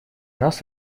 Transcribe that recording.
нас